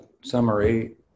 summary